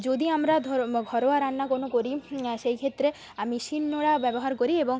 যদি আমরা ধরো ঘরোয়া রান্না কোনো করি সেই ক্ষেত্রে আমি শিলনোড়া ব্যবহার করি এবং